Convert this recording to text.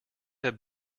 have